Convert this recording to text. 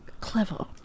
clever